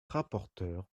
rapporteure